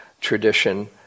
tradition